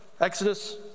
Exodus